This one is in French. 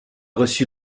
reçu